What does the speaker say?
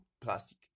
plastic